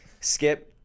Skip